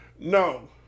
No